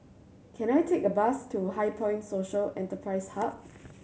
can I take a bus to HighPoint Social Enterprise Hub